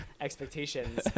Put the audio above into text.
expectations